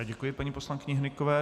Děkuji paní poslankyni Hnykové.